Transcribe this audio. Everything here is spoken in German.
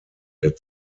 der